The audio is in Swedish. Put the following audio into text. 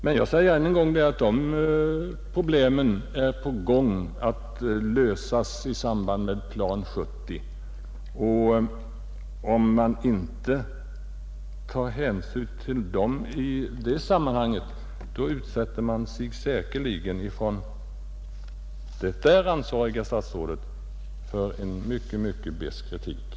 Men jag säger än en gång att de problemen håller på att lösas i samband med Plan 70, och om man inte tar hänsyn till dem i det sammanhanget utsätter sig säkerligen det där ansvariga statsrådet för en mycket besk kritik.